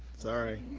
sorry.